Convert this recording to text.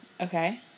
Okay